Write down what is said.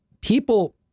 people